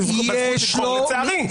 לצערי,